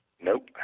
Nope